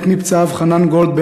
מת מפצעיו חנן גולד,